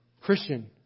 Christian